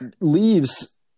leaves